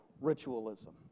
ritualism